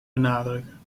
benadrukken